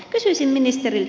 kysyisin ministeriltä